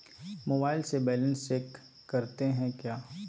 Mobile से balance check करते हैं क्या?